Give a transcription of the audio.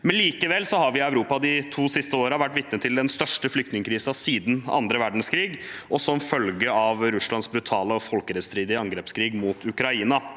seg. Likevel har vi i Europa i de to siste årene vært vitne til den største flyktningkrisen siden annen verdenskrig, som følge av Russlands brutale og folkerettsstridige angrepskrig mot Ukraina.